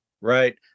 Right